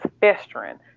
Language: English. festering